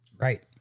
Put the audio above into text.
Right